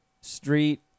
Street